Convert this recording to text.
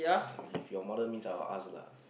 if your mother means I will ask lah